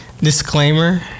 disclaimer